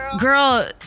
Girl